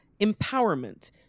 empowerment